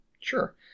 Sure